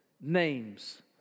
name's